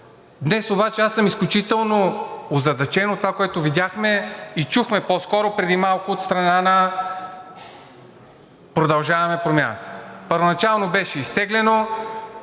Днес обаче аз съм изключително озадачен от това, което видяхме и чухме по-скоро преди малко от страна на „Продължаваме Промяната“. Първоначално беше изтеглено